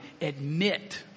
admit